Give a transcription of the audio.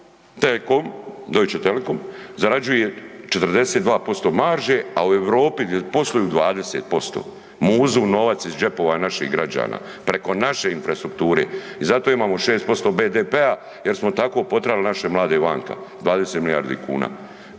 T-COM, Deutsche Telekom zarađuje 42% marže a u Europi gdje posluju 20%, muzu novac iz džepova naših građana, preko naše infrastrukture i zato imamo 6% BDP-a jer smo tako potjerali naše mlade vanka, 20 milijardi kuna.